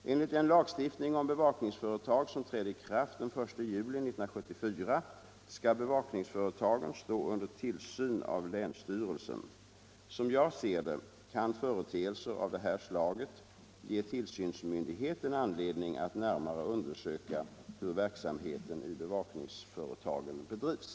Enligt den lagstiftning om bevakningsföretag som trädde i kraft den 1 juli 1974 skall bevakningsföretagen stå under tillsyn av länsstyrelsen. Som jag ser det kan företeelser av det här slaget ge tillsynsmyndigheten anledning att närmare undersöka hur verksamheten i bevakningsföretagen bedrivs.